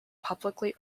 publicly